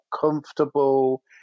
comfortable